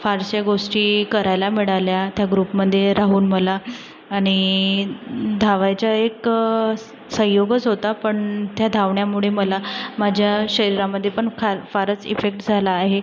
फारशा गोष्टी करायला मिळाल्या त्या ग्रुपमध्ये राहून मला आणि धावायचा एक स संयोगच होता पण त्या धावण्यामुळे मला माझ्या शरीरामध्ये पण फार फारच इफेक्ट झाला आहे